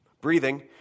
breathing